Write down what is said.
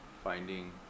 Finding